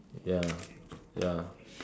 ya ya